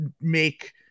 make